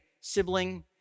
sibling